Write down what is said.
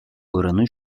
oranı